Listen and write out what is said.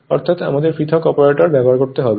অর্থাৎ আমাদের পৃথক অপারেটর ব্যবহার করতে হবে